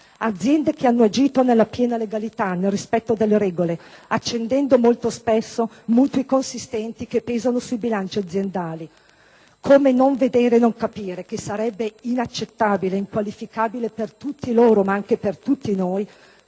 aziende che hanno agito nella piena legalità, nel rispetto delle regole, accendendo molto spesso mutui consistenti che pesano sui bilanci aziendali. Come non vedere e non capire che sarebbe inaccettabile e inqualificabile per tutti loro - ma anche per tutti noi